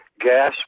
gas